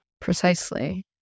Precisely